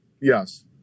Yes